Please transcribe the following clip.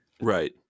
Right